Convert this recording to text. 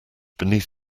beneath